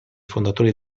fondatori